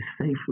safely